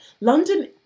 london